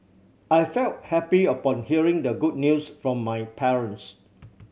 I felt happy upon hearing the good news from my parents